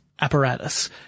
apparatus